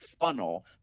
funnel